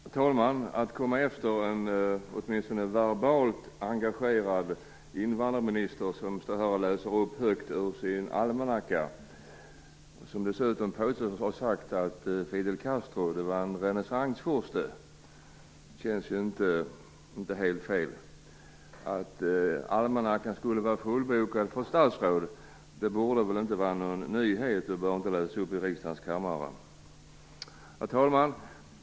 Herr talman! Det känns inte helt fel att komma efter en åtminstone verbalt engagerad invandrarminister, som står här och läser högt ur sin almanacka och som dessutom påstås ha sagt att Fidel Castro är en renässansfurste. Det borde inte vara någon nyhet att statsrådets almanacka är fullbokad, så han behöver inte läsa ur den i riksdagens kammare. Herr talman!